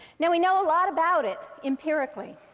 now we know a lot about it empirically.